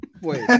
Wait